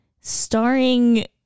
starring